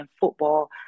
football